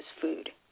food